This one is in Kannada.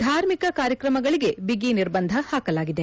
ಧಾರ್ಮಿಕ ಕಾರ್ಯಕ್ರಮಗಳಿಗೆ ಬಿಗಿ ನಿರ್ಬಂಧ ಹಾಕಲಾಗಿದೆ